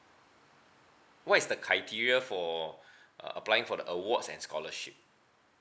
what is the criteria for applying for the awards and scholarship